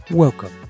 Welcome